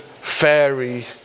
fairy